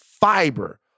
fiber